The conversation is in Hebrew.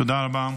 תודה רבה.